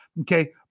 Okay